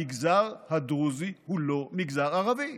המגזר הדרוזי הוא לא מגזר ערבי.